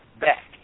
back